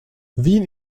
wien